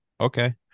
okay